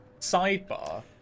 Sidebar